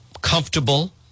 comfortable